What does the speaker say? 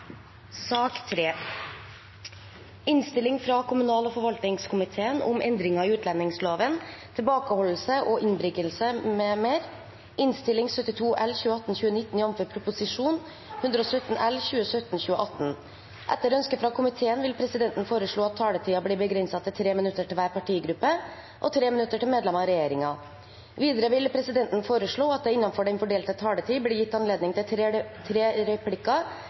sak nr. 2. Etter ønske fra kommunal- og forvaltningskomiteen vil presidenten foreslå at taletiden blir begrenset til 3 minutter til hver partigruppe og 3 minutter til medlemmer av regjeringen. Videre vil presidenten foreslå at det – innenfor den fordelte taletid – blir gitt anledning til tre replikker med svar etter innlegg fra medlemmer av regjeringen, og at de